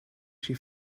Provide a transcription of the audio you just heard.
she